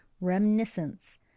reminiscence